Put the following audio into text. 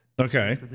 Okay